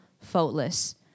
faultless